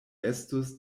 estus